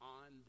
on